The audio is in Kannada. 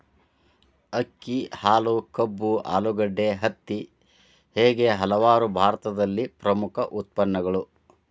ಅಕ್ಕಿ, ಹಾಲು, ಕಬ್ಬು, ಆಲೂಗಡ್ಡೆ, ಹತ್ತಿ ಹೇಗೆ ಹಲವಾರು ಭಾರತದಲ್ಲಿ ಪ್ರಮುಖ ಉತ್ಪನ್ನಗಳು